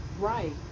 Right